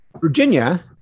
Virginia